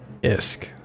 ISK